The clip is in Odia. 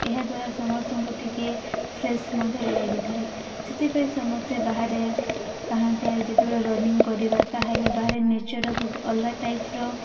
ଏହାଦ୍ୱାରା ସମସ୍ତଙ୍କୁ ଟିକେ ଫ୍ରେଶ ମଧ୍ୟ ଲାଗିଥାଏ ସେଥିପାଇଁ ସମସ୍ତେ ବାହାରେ ପାହାନ୍ତିଆରେ ଯେତେବେଳେ ରନିଙ୍ଗ କରିବା ତାହେଲେ ବାହାରେ ନେଚରର ଗୋଟ ଅଲଗା ଟାଇପର